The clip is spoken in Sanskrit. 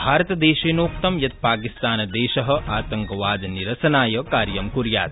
भारतदेशेनोक्तं यत् पाकिस्तानदेश आतंकवादनिरसनाय कार्य ं कुर्यात्